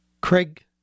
Craig